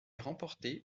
remportée